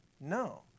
No